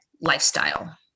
lifestyle